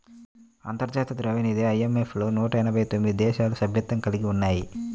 అంతర్జాతీయ ద్రవ్యనిధి ఐ.ఎం.ఎఫ్ లో నూట ఎనభై తొమ్మిది దేశాలు సభ్యత్వం కలిగి ఉన్నాయి